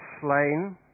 slain